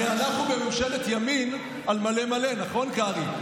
הרי אנחנו בממשלת ימין על מלא מלא, נכון, קרעי?